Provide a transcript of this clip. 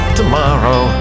tomorrow